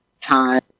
time